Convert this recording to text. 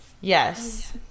Yes